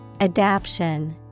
Adaption